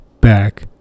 back